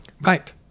Right